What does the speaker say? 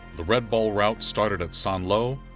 the red ball route started at st. lo,